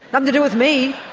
um to do with me.